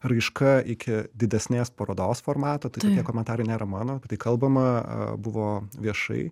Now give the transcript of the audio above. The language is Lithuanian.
raiška iki didesnės parodos formato tai tie komentarai nėra mano apie tai kalbama buvo viešai